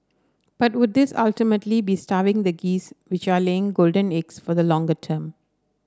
but would this ultimately be starving the geese which are laying golden eggs for the longer term